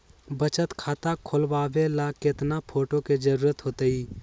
बचत खाता खोलबाबे ला केतना फोटो के जरूरत होतई?